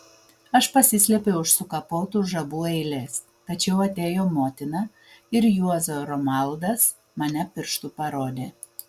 aš pasislėpiau už sukapotų žabų eilės tačiau atėjo motina ir juozo romaldas mane pirštu parodė